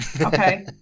Okay